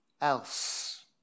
else